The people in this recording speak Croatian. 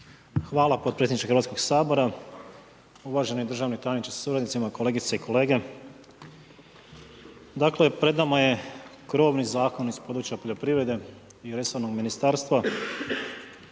Hvala potpredsjedniče Hrvatskog sabora, uvaženi državni tajniče sa suradnicima, kolegice i kolege. Dakle pred nama je krovni zakon iz područja poljoprivrede i